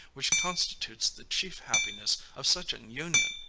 which constitutes the chief happiness of such an union,